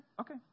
okay